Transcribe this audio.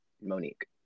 Monique